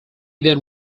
then